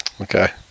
okay